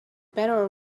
better